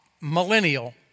millennial